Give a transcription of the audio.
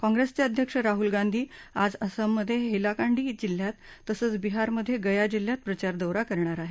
काँग्रेसचे अध्यक्ष राहूल गांधी आज असममधे हद्वीकांडी जिल्ह्यात तसंच बिहारमधे गया जिल्ह्यात प्रचारदौरा करणार आहेत